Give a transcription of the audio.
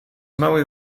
mały